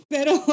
Pero